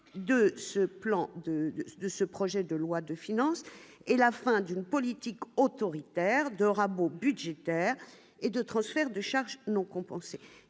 de ce projet de loi de finances et la fin d'une politique autoritaire de rabot budgétaire et de transferts de charges non compensés